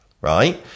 Right